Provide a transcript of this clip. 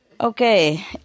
Okay